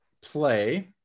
play